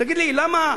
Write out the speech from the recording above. תגיד לי, למה?